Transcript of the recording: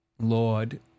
Lord